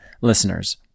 listeners